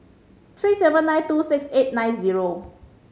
three seven nine two six eight nine zero